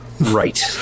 right